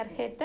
tarjeta